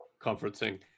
conferencing